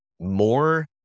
more